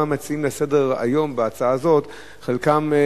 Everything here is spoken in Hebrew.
גם המציעים בהצעה לסדר-היום הזאת, חלקם,